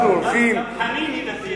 אנחנו הולכים וגדלים,